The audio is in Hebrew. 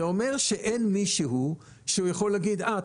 זה אומר שאין מישהו שיכול להגיד: אהה,